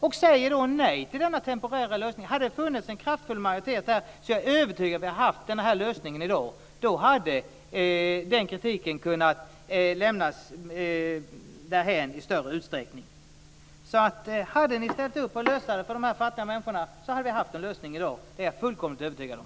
De säger alltså nej till denna temporära lösning. Hade det funnits en kraftfull majoritet där, är jag övertygad om att vi hade haft lösningen i dag. Då hade kritiken kunnat lämnas därhän i större utsträckning. Hade ni ställt upp på att lösa problemet för de fattiga människorna, så hade vi haft en lösning i dag. Det är jag fullkomligt övertygad om.